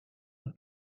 het